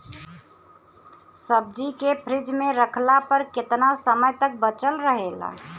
सब्जी के फिज में रखला पर केतना समय तक बचल रहेला?